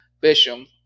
Bisham